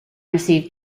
received